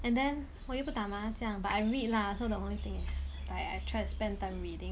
and then 我又不打麻将 but I read lah so the only thing it's like I've tried to spend time reading